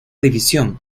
división